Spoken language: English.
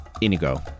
Inigo